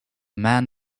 man